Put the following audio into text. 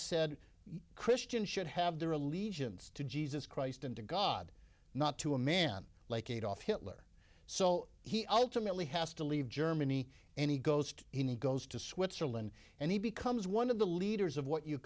said christians should have their allegiance to jesus christ and to god not to a man like adolf hitler so he ultimately has to leave germany and he goes to he goes to switzerland and he becomes one of the leaders of what you